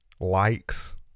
likes